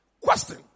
Question